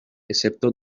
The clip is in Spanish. excepto